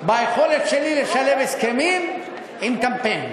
ביכולת שלי לשלב הסכמים עם קמפיין.